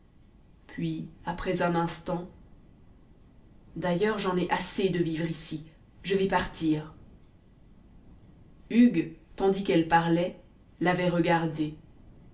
puis après un instant d'ailleurs j'en ai assez de vivre ici je vais partir hugues tandis qu'elle parlait l'avait regardée